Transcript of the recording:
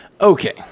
Okay